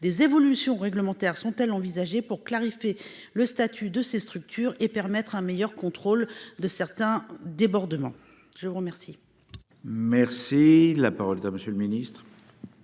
des évolutions réglementaires sont-elles envisagées pour clarifier le statut de ces structures et permettre un meilleur contrôle de certains débordements. Je vous remercie.